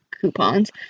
coupons